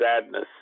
sadness